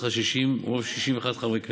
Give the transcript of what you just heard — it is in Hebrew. צריכה 60 או 61 חברי כנסת,